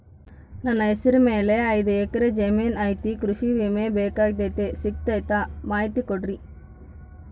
ನನ್ನ ಹೆಸರ ಮ್ಯಾಲೆ ಐದು ಎಕರೆ ಜಮೇನು ಐತಿ ಕೃಷಿ ವಿಮೆ ಬೇಕಾಗೈತಿ ಸಿಗ್ತೈತಾ ಮಾಹಿತಿ ಕೊಡ್ರಿ?